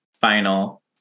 final